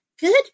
Good